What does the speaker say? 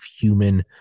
human